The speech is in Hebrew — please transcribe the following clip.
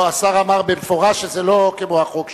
לא, השר אמר במפורש שזה לא כמו החוק שלך.